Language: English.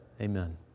Amen